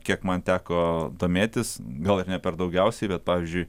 kiek man teko domėtis gal ir ne per daugiausiai bet pavyzdžiui